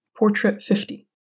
Portrait50